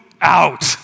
out